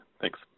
Thanks